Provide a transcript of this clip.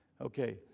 Okay